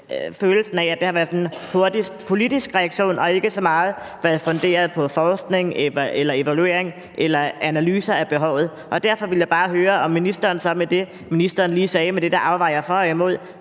følelsen af, at det har været hurtigste politiske reaktion og ikke så meget har været funderet på forskning eller evaluering eller analyser af behovet. Derfor vil jeg bare høre, om ministeren så med det, ministeren lige sagde